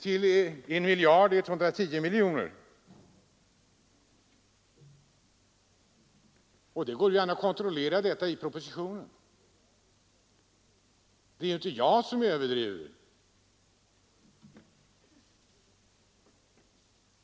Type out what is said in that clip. till 1 110 miljoner kronor. Det går an att kontrollera detta i propositionen. Det är inte jag som överdriver.